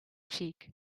cheek